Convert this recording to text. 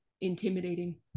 intimidating